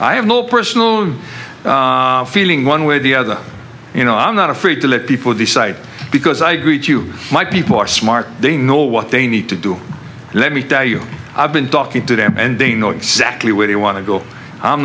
i have no personal feeling one way or the other you know i'm not afraid to let people decide because i greet you my people are smart they know what they need to do let me tell you i've been talking to them and they know exactly where they want to go i'm